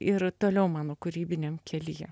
ir toliau mano kūrybiniam kelyje